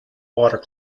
water